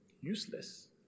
Useless